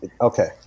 Okay